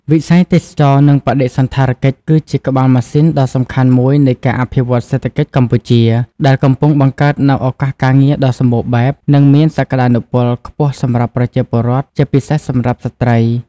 វិស័យទេសចរណ៍ និងបដិសណ្ឋារកិច្ចគឺជា ក្បាលម៉ាស៊ីនដ៏សំខាន់មួយនៃការអភិវឌ្ឍសេដ្ឋកិច្ចកម្ពុជា ដែលកំពុងបង្កើតនូវឱកាសការងារដ៏សម្បូរបែប និងមានសក្តានុពលខ្ពស់សម្រាប់ប្រជាពលរដ្ឋ ជាពិសេសសម្រាប់ស្ត្រី។